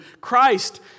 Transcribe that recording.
Christ